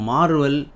Marvel